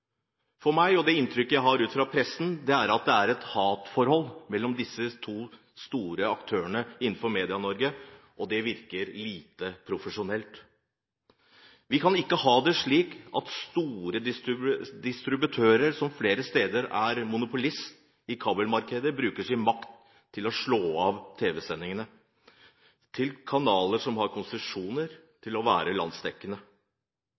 Det inntrykket jeg har fått fra pressen, er at det er et hatforhold mellom de to store aktørene innenfor Medie-Norge, og det virker lite profesjonelt. Vi kan ikke ha det slik at en stor distributør som flere steder er monopolist i kabelmarkedet, bruker sin makt til å slå av tv-sendingene til en av kanalene som har